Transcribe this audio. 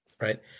right